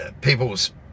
people's